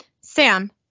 Sam